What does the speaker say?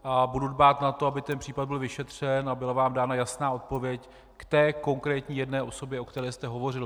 A budu dbát na to, aby ten případ byl vyšetřen a byla vám dána jasná odpověď k té konkrétní jedné osobě, o které jste hovořil.